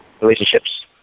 relationships